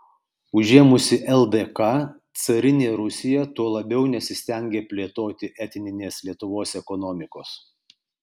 užėmusi ldk carinė rusija tuo labiau nesistengė plėtoti etninės lietuvos ekonomikos